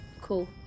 Cool